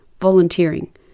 volunteering